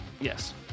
Yes